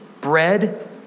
bread